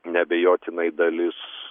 neabejotinai dalis